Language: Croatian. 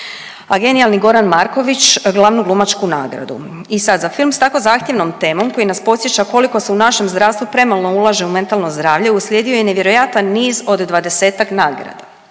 a genijalni Goran Marković glavnu glumačku nagradu. I sad, za film s tako zahtjevnom temom koji nas podsjeća koliko se u našem zdravstvu premalo ulaže u mentalno zdravlje uslijedio je nevjerojatan niz od 20-ak nagrada.